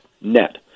net